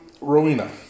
Rowena